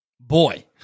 boy